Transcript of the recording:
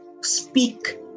Speak